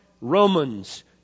Romans